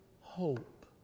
hope